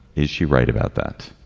is she right about that.